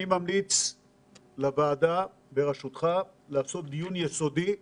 אני ממליץ לוועדה בראשותך לעשות דיון יסודי וארוך,